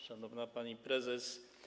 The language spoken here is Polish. Szanowna Pani Prezes!